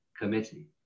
committee